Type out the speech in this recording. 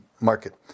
Market